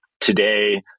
Today